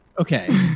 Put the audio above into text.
okay